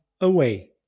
away